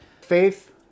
faith